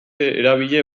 eragile